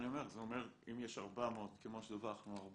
זה אומר, אם יש 460 גנים